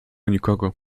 nikogo